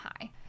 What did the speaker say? hi